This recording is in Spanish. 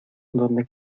donde